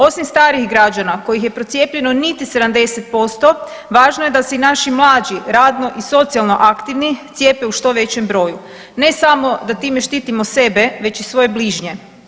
Osim starijih građana, kojih je procijepljeno niti 70%, važno je da se i naši mlađi, radno i socijalno aktivni cijepe u što većem broju, ne samo da time štitimo sebe, već i svoje bližnje.